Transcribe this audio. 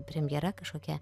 premjera kažkokia